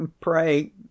pray